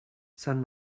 san